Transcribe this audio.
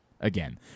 again